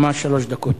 ממש שלוש דקות.